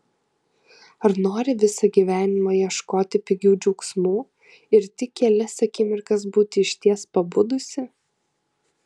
ar nori visą gyvenimą ieškoti pigių džiaugsmų ir tik kelias akimirkas būti išties pabudusi